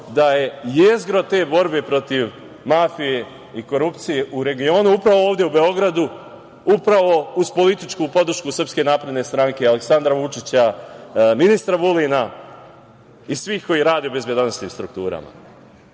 da je jezgro te borbe protiv mafije i korupcije u regionu upravo ovde u Beogradu, upravo uz političku podršku SNS i Aleksandra Vučića, ministra Vulina i svih koji rade u bezbedonosnim strukturama? Sada,